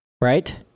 right